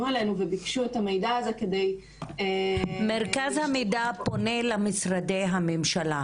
אלינו וביקשו את המידע הזה כדי --- מרכז המידע פונה למשרדי הממשלה.